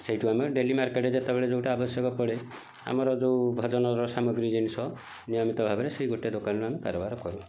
ସେଇଠୁ ଆମେ daily market ରେ ଯେତେବେଳେ ଯେଉଁଟା ଅବଶ୍ୟକ ପଡ଼େ ଆମର ଯେଉଁ ଭଜନର ସାମଗ୍ରୀ ଜିନିଷ ନିୟମିତ ଭାବରେ ସେଇ ଗୋଟେ ଦୋକାନରୁ କାରବାର କରୁ